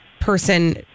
person